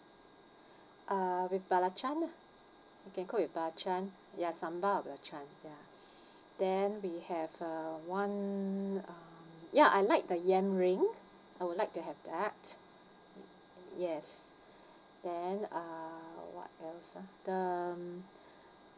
uh with belacan you can cook with belacan ya sambal or belacan ya then we'll have uh one uh ya I like the yam ring I would like to have that y~ yes then uh what else ah the um